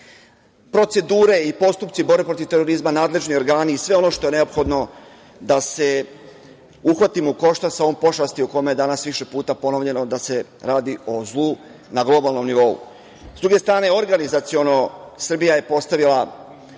procedure i postupci u borbi protiv terorizma, nadležni organi i sve ono što je neophodno da se uhvatimo o koštac sa ovom pošasti o kojoj je danas više puta ponovljeno da se radi o zlu na globavnom nivou. Sa druge strane, organizaciono Srbija je postavila